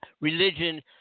religion